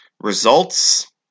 results